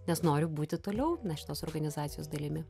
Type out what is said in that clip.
nes noriu būti toliau na šitos organizacijos dalimi